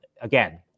again